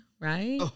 right